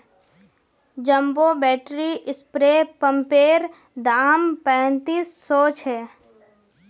jumbo battery spray पंपैर दाम पैंतीस सौ छे